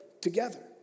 together